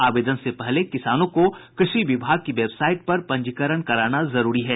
आवेदन से पहले किसानों को कृषि विभाग की वेबसाइट पर पंजीकरण कराना जरूरी होगा